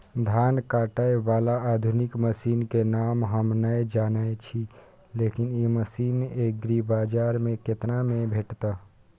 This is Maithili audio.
धान काटय बाला आधुनिक मसीन के नाम हम नय जानय छी, लेकिन इ मसीन एग्रीबाजार में केतना में भेटत?